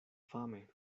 fame